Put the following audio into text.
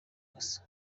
cassa